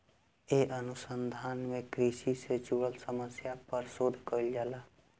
ए अनुसंधान में कृषि से जुड़ल समस्या पर शोध कईल जाला